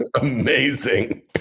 amazing